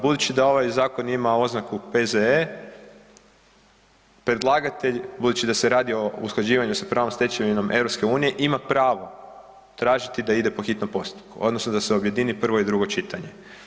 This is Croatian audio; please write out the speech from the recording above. Budući da ovaj zakon ima oznaku P.Z.E. predlagatelj, budući da se radi o usklađivanju sa pravnom stečevinom EU, ima pravo tražiti da ide po hitnom postupku odnosno da se objedini prvo i drugo čitanje.